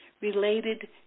related